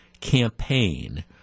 campaign